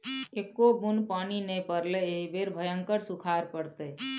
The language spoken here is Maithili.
एक्को बुन्न पानि नै पड़लै एहि बेर भयंकर सूखाड़ पड़तै